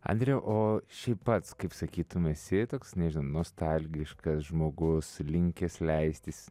andriau o šiaip pats kaip sakytum esi toks nežinau nostalgiškas žmogus linkęs leistis